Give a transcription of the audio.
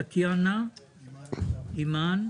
טטיאנה, אימאן,